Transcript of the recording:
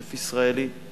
רצף ישראלי,